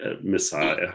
messiah